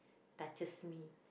touches me